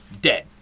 dead